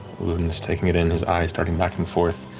ludinus taking it in, his eyes darting back and forth.